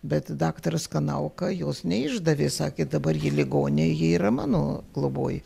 bet daktaras kanauka jos neišdavė sakė dabar ji ligonė ji yra mano globoj